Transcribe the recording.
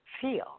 feel